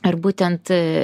ir būtent